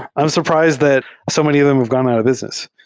i'm surprised that so many of them have gone out of business,